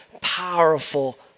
powerful